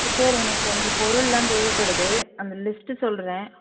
sir எனக்கு கொஞ்சம் பொருள்லாம் தேவைப்படுது அந்த லிஸ்ட்டு சொல்லுறேன்